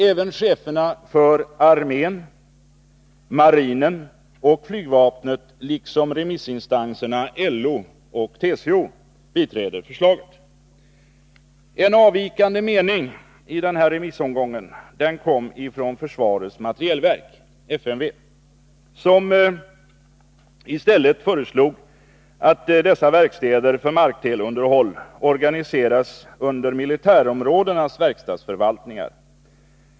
"Även cheferna för armén, marinen och flygvapnet, liksom remissinstanserna En avvikande mening i den här remissomgången kom från försvarets materielverk, FMV, som i stället föreslog att dessa verkstäder för markteleunderhåll skall organiseras under militärområdenas verkstadsförvaltningar.